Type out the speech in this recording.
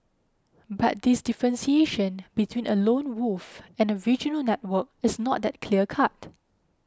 but this differentiation between a lone wolf and a regional network is not that clear cut